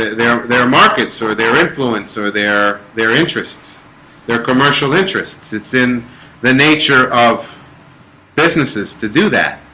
their their markets or their influence or their their interests their commercial interests it's in the nature of businesses to do that